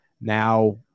now